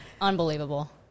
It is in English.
unbelievable